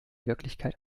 wirklichkeit